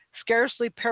scarcely